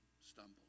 stumble